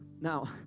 Now